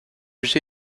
objet